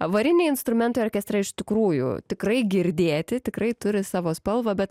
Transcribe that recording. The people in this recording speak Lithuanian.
variniai instrumentai orkestre iš tikrųjų tikrai girdėti tikrai turi savo spalvą bet